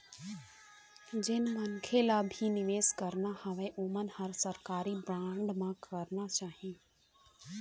जेन मनखे ल भी निवेस करना हवय ओमन ल सरकारी बांड म करना चाही